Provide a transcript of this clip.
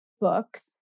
books